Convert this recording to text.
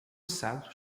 assado